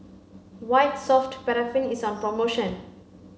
white soft paraffin is on promotion